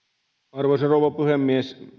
arvoisa rouva puhemies